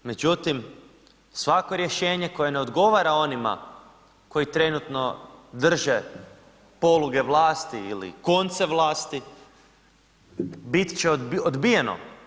Međutim, svatko rješenje koje ne odgovara onima koji trenutno drže poluge vlasti ili konce vlasti, bit će odbijeno.